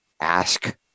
Ask